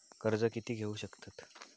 कर्ज कीती घेऊ शकतत?